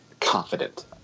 confident